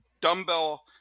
dumbbell